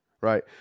Right